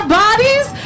bodies